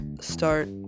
start